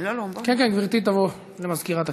מצביעה מיקי לוי, מצביע